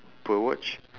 per watch